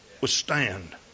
withstand